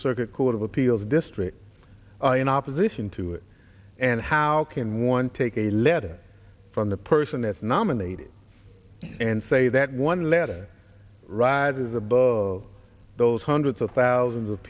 circuit court of appeals district in opposition to it and how can one take a letter from the person as nominated and say that one letter rises above those hundreds of thousands of